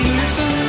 listen